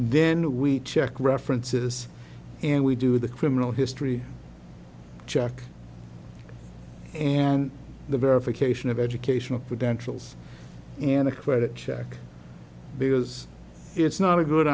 then we check references and we do the criminal history check and the verification of educational credentials and a credit check because it's not a good